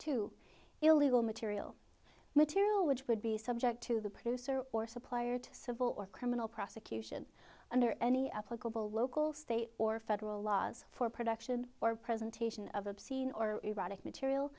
to illegal material material which would be subject to the producer or supplier to civil or criminal prosecution under any applicable local state or federal laws for production or presentation of obscene or erotic material